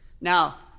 Now